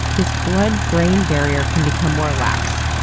this blood brain barrier can become more lax.